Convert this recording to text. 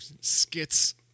skits